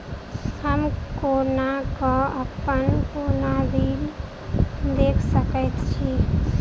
हम कोना कऽ अप्पन कोनो बिल देख सकैत छी?